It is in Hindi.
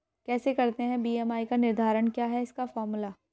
कैसे करते हैं बी.एम.आई का निर्धारण क्या है इसका फॉर्मूला?